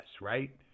right